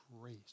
grace